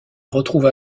retrouvent